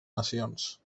nacions